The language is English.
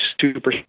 super